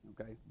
okay